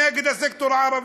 נגד הסקטור הערבי.